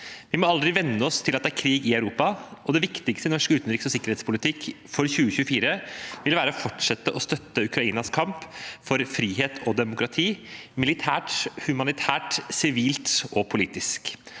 Vi må aldri venne oss til at det er krig i Europa. Det viktigste i norsk utenriks- og sikkerhetspolitikk for 2024 vil være å fortsette å støtte Ukrainas kamp for frihet og demokrati – militært, humanitært, sivilt og politisk.